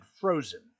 frozen